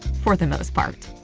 for the most part.